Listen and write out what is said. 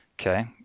Okay